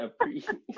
appreciate